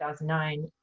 2009